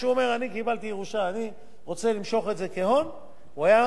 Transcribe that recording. רוצה למשוך את זה כהון, הוא היה משלם מס על הכול.